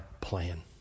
plan